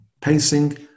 pacing